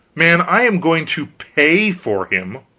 man, i am going to pay for him!